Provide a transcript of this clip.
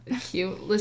cute